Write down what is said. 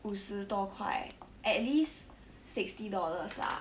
五十多块 at least sixty dollars lah